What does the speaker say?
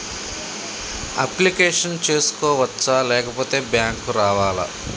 Application చేసుకోవచ్చా లేకపోతే bank రావాలా?